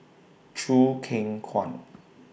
Choo Keng Kwang